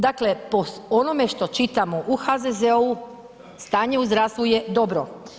Dakle, po onome što čitamo, u HZZO-u, stanje u zdravstvu je dobro.